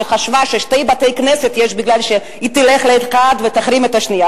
שחשבה שיש שני בתי-כנסת כדי שהיא תלך לאחד ותחרים את השני,